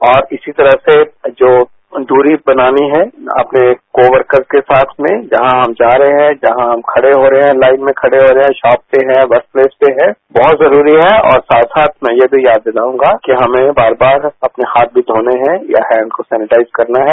और इसी तरह से जो दूरी बनानी है अपने को वर्कर के साथ में जहां हम जा रहे हैं जहां हम खड़े हो रहे हैं लाइन में खड़े हो रहे हैं शोप पर हैं वर्कप्लेस परहैं बहुत जरूरी है और साथ साथ में ये भी याद दिलाऊंगा कि हमें बार बार अपने हाथ भी धोने हैं या हैंड को सैनेटाइज करना है